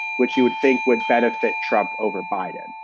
which you would think would benefit trump overbite it.